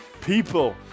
people